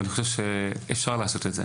ואני חושב שאפשר לעשות את זה,